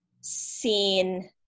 seen